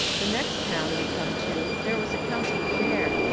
the next town we come to there was a county fair,